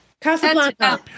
Casablanca